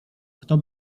kto